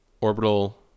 orbital